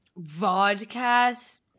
Vodcast